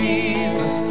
Jesus